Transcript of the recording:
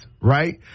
right